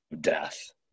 death